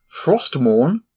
Frostmorn